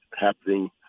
happening